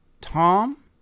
Tom